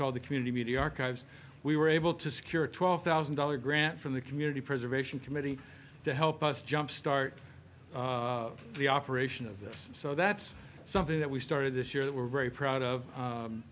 called the community archives we were able to secure a twelve thousand dollars grant from the community preservation committee to help us jumpstart the operation of this so that's something that we started this year that we're very proud of